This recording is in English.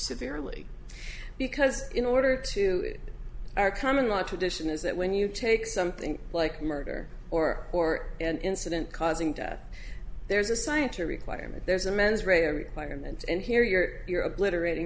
severely because in order to our common law tradition is that when you take something like murder or or an incident causing death there's a science or requirement there's a mens rea requirement and here you're obliterat